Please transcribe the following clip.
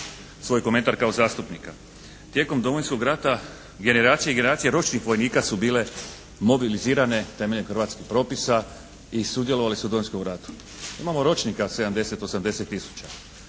svoj komentar kao zastupnika. Tijekom Domovinskog rata generacije i generacije ročnih vojnika su bile mobilizirane temeljem hrvatskih propisa i sudjelovale su u Domovinskom ratu. Imamo ročnika 70, 80 tisuća.